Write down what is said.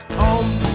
home